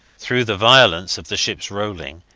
through the violence of the ships rolling,